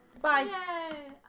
Bye